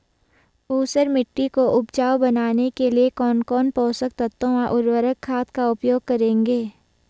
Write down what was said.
ऊसर मिट्टी को उपजाऊ बनाने के लिए कौन कौन पोषक तत्वों व उर्वरक खाद का उपयोग करेंगे?